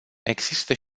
există